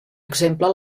exemple